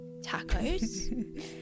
tacos